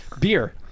Beer